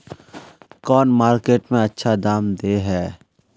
कौन मार्केट में अच्छा दाम दे है?